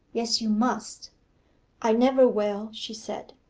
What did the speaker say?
yes, you must i never will she said.